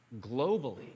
globally